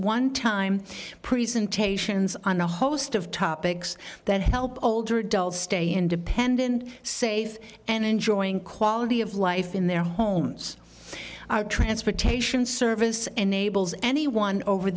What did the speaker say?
one time precent ations on a host of topics that help older adults stay independent safe and enjoying quality of life in their homes transportation service enables anyone over